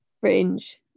Fringe